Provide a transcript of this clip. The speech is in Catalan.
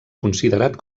considerat